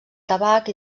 tabac